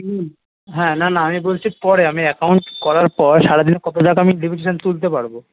হুম হ্যাঁ না না আমি বলছি পরে আমি অ্যাকাউন্ট করার পর সারা দিনে কত টাকা আমি ডেবিটেশান তুলতে পারব